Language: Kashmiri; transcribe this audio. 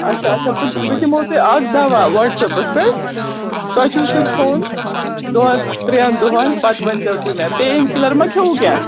اَچھا اَچھا بہٕ بہٕ دِمہو تۄہہِ اَکھ دوا واٹس ایپَس پٮ۪ٹھ تۄہہِ چھُو سُہ کھٮ۪وُن دۄن ترٛٮ۪ن دۄہَن پَتہٕ ؤنۍ زیٚو تُہۍ مےٚ پین کِلَر ما کھیٚوٕ کیٚنٛہہ